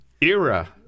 era